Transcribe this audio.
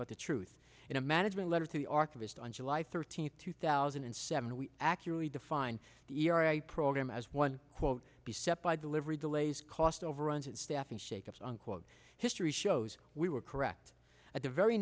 but the truth in a management letter to the archivist on july thirteenth two thousand and seven we accurately define the program as one quote be set by delivery delays cost overruns and staffing shake ups unquote history shows we were correct at the very